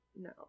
No